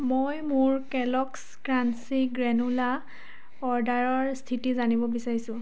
মই মোৰ Kellogg's crunchy granola অৰ্ডাৰৰ স্থিতি জানিব বিচাৰিছোঁ